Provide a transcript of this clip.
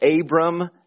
Abram